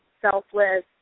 selfless